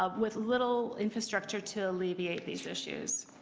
ah with little infrastructure to alleviate these issues.